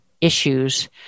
issues